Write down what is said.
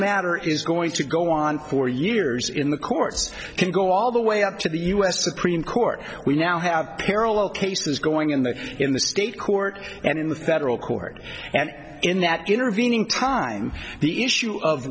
matter is going to go on for years in the courts can go all the way up to the u s supreme court we now have parallel cases going in that in the state court and in the federal court and in that intervening time the issue of